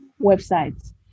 websites